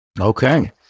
Okay